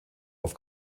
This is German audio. auf